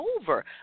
over